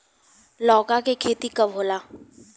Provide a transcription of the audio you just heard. लौका के खेती कब होला?